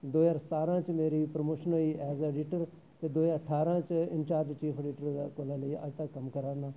दो ज्हार सतारां च मेरी प्रमोशन होई एज़ ए एडिटर ते दो ज्हार ठारां च इंचार्ज चीफ एडिटर दे कोला लेइयै अज्ज तक कम्म करै ना